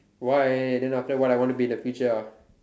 why then after what I want to be in the future ah